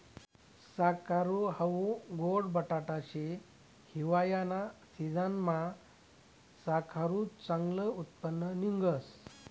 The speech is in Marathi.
साकरू हाऊ गोड बटाटा शे, हिवायाना सिजनमा साकरुनं चांगलं उत्पन्न निंघस